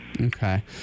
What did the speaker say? Okay